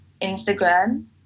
Instagram